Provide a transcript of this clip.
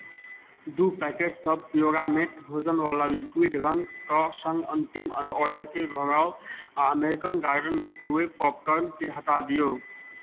दू पैकेटसभ प्योरामेट भोजनवला लिक्विड रङ्गके सङ्ग अन्तिम ऑर्डरके दोहराउ आ अमेरिकन गार्डन माइक्रोवेव पॉपकॉर्नकेँ हटा दियौ